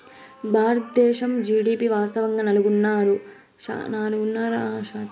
బారద్దేశం జీడీపి వాస్తవంగా నాలుగున్నర శాతమైతే దాని కన్నా పెంచేసినారని విపక్షాలు యాగీ చేస్తాండాయి